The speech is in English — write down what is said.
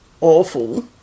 awful